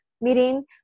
meeting